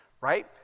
right